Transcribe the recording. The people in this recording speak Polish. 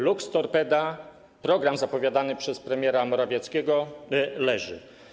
Luxtorpeda”, program zapowiadany przez premiera Morawieckiego, leży.